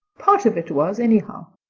part of it was anyhow.